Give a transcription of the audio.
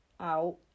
out